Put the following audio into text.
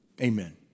amen